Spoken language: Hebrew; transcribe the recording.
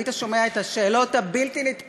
היית שומע את השאלות הבלתי-נתפסות.